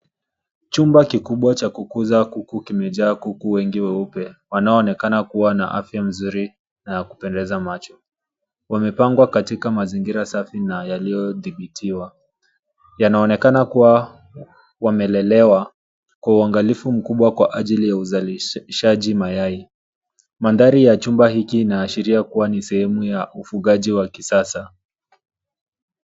Chumba kikubwa cha kukuza kuku kimejaa kuku wengi weupe wanaoonekana kuwa na afya mzuri na ya kupendeza macho; wamepangwa katika mazingira safi na yaliyodhibitiwa. Yanaonekana kuwa wamelelewa kwa ungalifu mkubwa kwa ajili ya uzalishaji mayai. Mandhari ya chumba hiki inaashiria kuwa ni sehemu ya ufugaji wa kisasa.